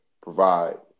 provide